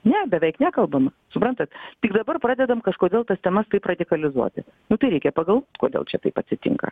ne beveik nekalbama suprantat tik dabar pradedam kažkodėl tas temas taip radikalizuoti nu tai reikia pagalvot kodėl čia taip atsitinka